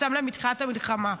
מתחילת המלחמה.